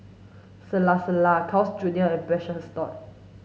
Calacara Carl's Junior and Precious Thots